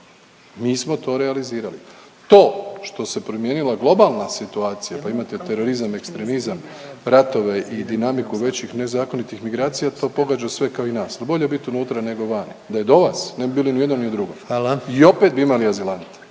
mi smo to realizirali. To što se promijenila globalna situacija, pa imate terorizam, ekstremizam, ratove i dinamiku većih nezakonitih migracija to pogađa sve kao i nas. No, bolje bit unutra nego vani. Da je do vas ne bi bili ni u jednom, ni u drugom i opet bi imali azilante